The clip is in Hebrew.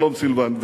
שלום סילבן,